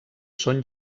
són